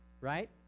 right